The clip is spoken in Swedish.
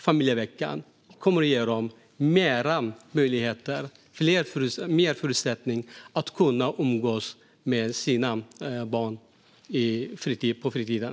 Familjeveckan kommer att ge dem fler möjligheter och bättre förutsättningar att kunna umgås med sina barn på fritiden.